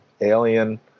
alien